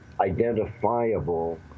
identifiable